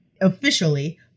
officially